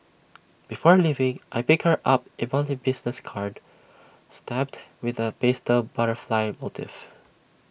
before leaving I pick her up ebony business card stamped with A pastel butterfly motif